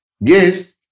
Yes